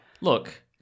Look